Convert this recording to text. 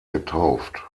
getauft